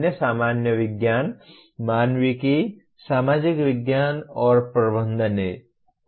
अन्य सामान्य विज्ञान मानविकी सामाजिक विज्ञान और प्रबंधन हैं